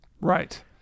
Right